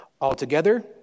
Altogether